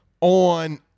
on